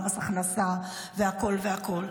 ומס ההכנסה והכל והכול.